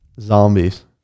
zombies